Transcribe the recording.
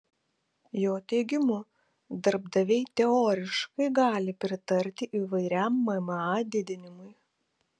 jo teigimu darbdaviai teoriškai gali pritarti įvairiam mma didinimui